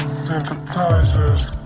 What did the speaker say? synthesizers